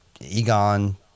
Egon